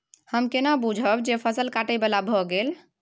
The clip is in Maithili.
हम केना बुझब जे फसल काटय बला भ गेल?